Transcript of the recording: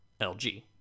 LG